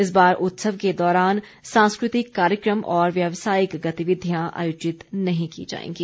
इस बार उत्सव के दौरान सांस्कृतिक कार्यक्रम और व्यावसायिक गतिविधियां आयोजित नहीं की जाएंगी